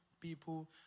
people